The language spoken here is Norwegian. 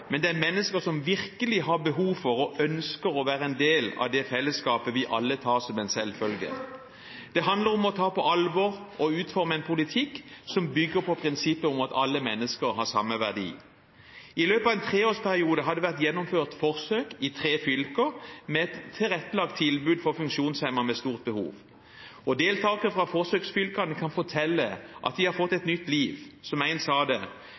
men det er mennesker som virkelig har behov for og ønsker om å være en del av det fellesskapet vi alle tar som en selvfølge. Det handler om å ta på alvor og utforme en politikk som bygger på prinsippet om at alle mennesker har samme verdi. I løpet av en treårsperiode har det vært gjennomført forsøk i tre fylker med et tilrettelagt tilbud for funksjonshemmede med stort behov. Deltakere fra forsøksfylkene kan fortelle at de har fått et nytt liv. Som en sa det: